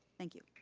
thank you.